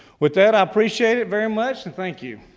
with that, i appreciate it very much, thank you.